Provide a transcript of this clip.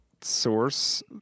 source